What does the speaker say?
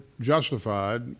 justified